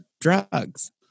drugs